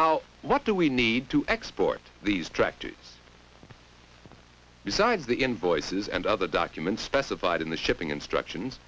now what do we need to export these tracts besides the invoices and other documents specified in the shipping instructions